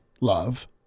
love